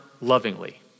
lovingly